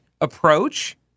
approach